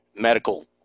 medical